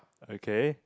okay